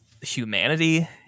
humanity